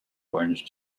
orange